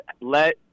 let